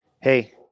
Hey